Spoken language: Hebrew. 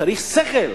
צריך שכל,